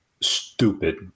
stupid